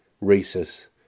Rhesus